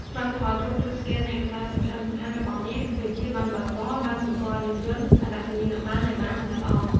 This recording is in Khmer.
ត្រូវថតរូប ឬ ស្កេនឯកសារសំខាន់ៗរបស់អ្នក ដូចជា ប័ណ្ណបើកបរ ប័ណ្ណសម្គាល់យានយន្ត អត្តសញ្ញាណប័ណ្ណ ឲ្យបានច្បាស់ល្អ។